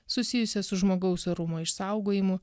susijusias su žmogaus orumo išsaugojimu